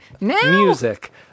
music